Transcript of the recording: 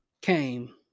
came